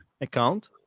account